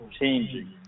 changing